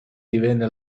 divenne